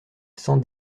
cent